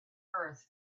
earth